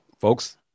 Folks